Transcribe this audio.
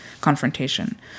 confrontation